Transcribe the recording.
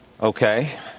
Okay